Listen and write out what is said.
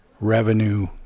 revenue